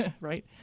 right